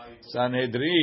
Sanhedrin